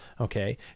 okay